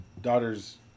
daughter's